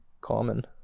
common